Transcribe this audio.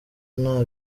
nta